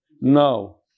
No